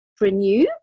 renew